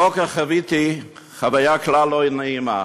הבוקר חוויתי חוויה כלל לא נעימה.